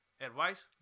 Advice